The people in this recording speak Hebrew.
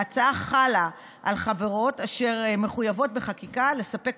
ההצעה חלה על חברות אשר מחויבות בחקיקה לספק